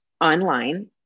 online